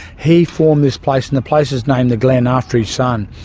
he formed this place, and the place is named the glen after his son,